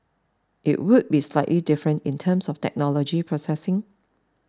it would be slightly different in terms of technology processing